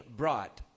brought